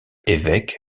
évêque